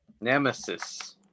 Nemesis